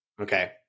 Okay